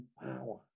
power